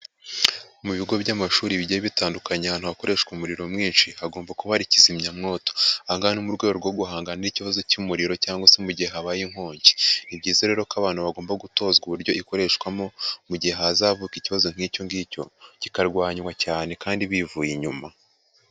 Mu bigo by'amashuri bigiye bitandukanye ahantu hakoreshwa umuriro mwinshi hagomba kuba hari kizimyamwoto, aha ngaha ni mu rwego rwo guhangana n'ikibazo cy'umuriro cyangwa se mu gihe habaye inkongi. Ni byiza rero ko abantu bagomba gutozwa uburyo ikoreshwamo mu gihe hazavuka ikibazo nk'icyo ngicyo kikarwanywa cyane kandi bivuye inyuma.